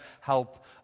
help